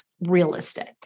realistic